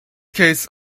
case